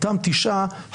אותם תשעה,